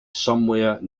somewhere